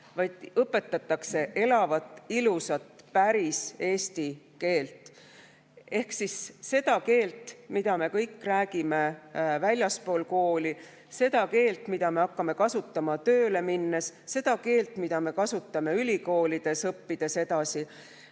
vaid õpetatakse elavat, ilusat, päris eesti keelt. Ehk siis seda keelt, mida me kõik räägime väljaspool kooli, seda keelt, mida me hakkame kasutama, kui oleme tööle läinud, seda keelt, mida me kasutame ülikoolis, kui õpime edasi.